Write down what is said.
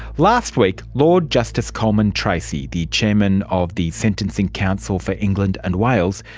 last week lord justice colman treacy, the chairman of the sentencing council for england and wales,